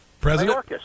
President